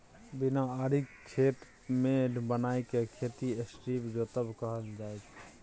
बिना आरिक खेत मेढ़ बनाए केँ खेती स्ट्रीप जोतब कहल जाइ छै